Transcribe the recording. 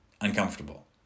uncomfortable